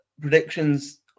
predictions